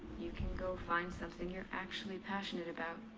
you can go find something you're actually passionate about.